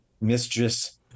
Mistress